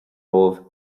romhaibh